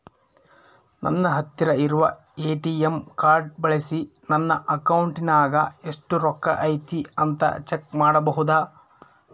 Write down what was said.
ನನ್ನ ಹತ್ತಿರ ಇರುವ ಎ.ಟಿ.ಎಂ ಕಾರ್ಡ್ ಬಳಿಸಿ ನನ್ನ ಅಕೌಂಟಿನಾಗ ಎಷ್ಟು ರೊಕ್ಕ ಐತಿ ಅಂತಾ ಚೆಕ್ ಮಾಡಬಹುದಾ?